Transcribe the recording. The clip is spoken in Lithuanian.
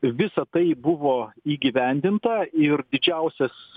visa tai buvo įgyvendinta ir didžiausias